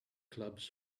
clubs